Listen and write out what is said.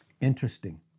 Interesting